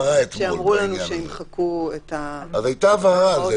שאמרו לנו שימחקו את -- היתה בעניין הזה הבהרה לפרוטוקול.